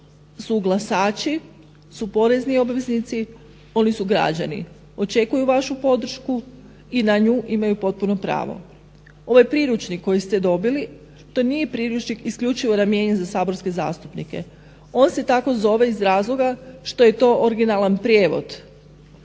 su glasači, su porezni obveznici, oni su građani. Očekuju vašu podršku i na nju imaju potpuno pravo. Ovaj priručnik koji ste dobili to nije priručnik isključivo namijenjen za saborske zastupnike. On se tako zove iz razloga što je to originalan prijevod